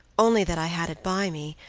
only that i had it by me,